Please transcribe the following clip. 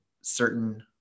certain